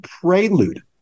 prelude